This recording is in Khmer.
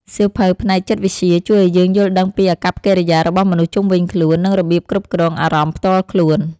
សៀវភៅផ្នែកចិត្តវិទ្យា ជួយឱ្យយើងយល់ដឹងពីអាកប្បកិរិយារបស់មនុស្សជុំវិញខ្លួន និងរបៀបគ្រប់គ្រងអារម្មណ៍ផ្ទាល់ខ្លួន។